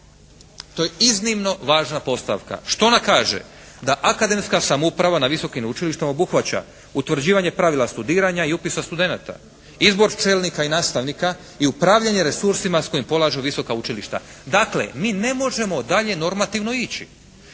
To je iznimno važna postavka. Što ona kaže? Da akademska samouprava na visokim učilištima obuhvaća utvrđivanje pravila studiranja i upisa studenata, izbor čelnika i nastavnika i upravljanje resursima s kojima polažu visoka učilišta. Dakle mi ne možemo dalje normativno ići,